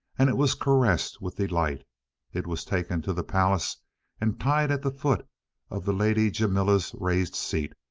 and it was caressed with delight. it was taken to the palace and tied at the foot of the lady jamila's raised seat,